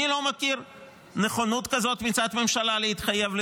אני לא מכיר נכונות כזאת מצד הממשלה להתחייב לזה,